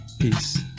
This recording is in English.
peace